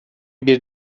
bir